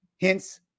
Hence